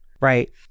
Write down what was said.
right